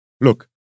Look